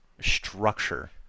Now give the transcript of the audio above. structure